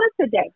today